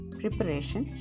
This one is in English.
preparation